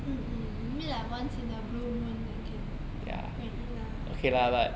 mm mm maybe like once in a blue moon then can go and eat lah